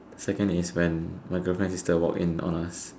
second is when my girlfriend sister walk in on us